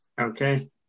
Okay